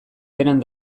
beran